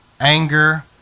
anger